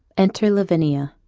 enter lavinia